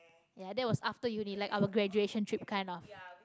ya that was after uni life our graduation trip kinds of